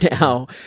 now